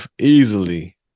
Easily